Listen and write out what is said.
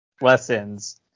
lessons